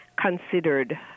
considered